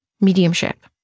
mediumship